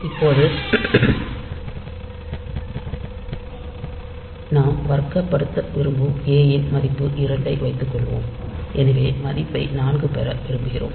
இப்போது நாம் வர்க்கப்படுத்த விரும்பும் ஏ யின் மதிப்பு 2 என்று வைத்துக்கொள்வோம் எனவே மதிப்பை 4 பெற விரும்புகிறோம்